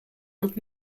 und